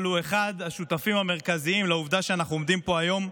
אבל הוא אחד השותפים המרכזיים לעובדה שאנחנו עומדים פה היום,